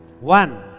One